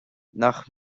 nach